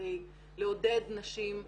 כדי לעודד נשים וגברים,